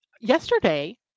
Yesterday